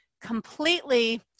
completely